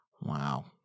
Wow